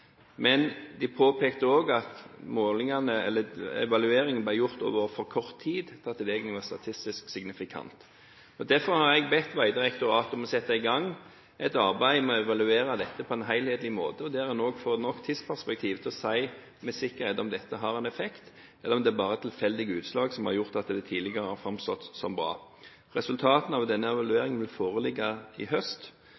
men man påpekte også at evalueringene ble gjort over for kort tid til at det egentlig var statistisk signifikant. Derfor har jeg bedt Vegdirektoratet om å sette i gang et arbeid med å evaluere dette på en helhetlig måte, der en også får nok tidsperspektiv til å si med sikkerhet om dette har en effekt, eller om det bare er tilfeldige utslag som har gjort at det tidligere har framstått som bra. Resultatene av